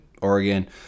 Oregon